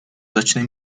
začne